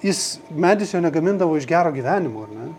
jis medis jo negamindavo iš gero gyvenimo ar ne